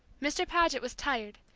mr. paget was tired,